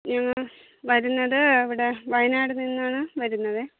ഞാൻ വരുന്നത് ഇവിടെ വയനാട് നിന്നാണ് വരുന്നത്